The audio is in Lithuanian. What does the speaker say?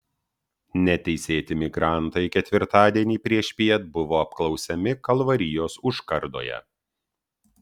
neteisėti migrantai ketvirtadienį priešpiet buvo apklausiami kalvarijos užkardoje